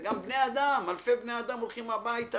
זה גם בני אדם, אלפי בני אדם הולכים הביתה.